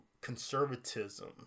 conservatism